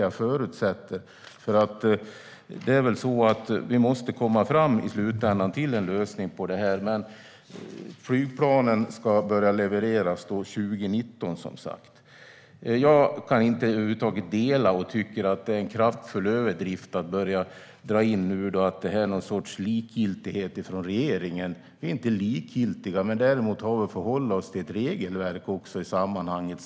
Jag förutsätter i alla fall det, för det är väl så att vi i slutändan måste komma fram till en lösning. Men flygplanen ska börja levereras 2019, som sagt. Jag tycker att det är en kraftfull överdrift att nu börja dra in att det skulle finnas någon sorts likgiltighet från regeringen. Vi är inte likgiltiga, men däremot har vi att förhålla oss till ett regelverk i sammanhanget.